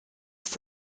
ist